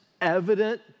evident